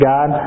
God